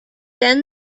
then